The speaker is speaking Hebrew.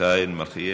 מיכאל מלכיאלי,